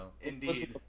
Indeed